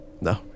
No